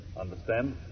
Understand